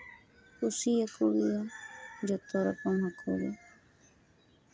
ᱠᱩᱥᱤᱭᱟᱠᱚ ᱜᱮᱭᱟ ᱡᱚᱛᱚ ᱨᱚᱠᱚᱢ ᱦᱟᱹᱠᱩ ᱜᱮ